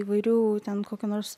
įvairių ten kokių nors